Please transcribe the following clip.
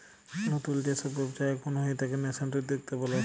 লতুল যে সব ব্যবচ্ছা এখুন হয়ে তাকে ন্যাসেন্ট উদ্যক্তা ব্যলে